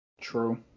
True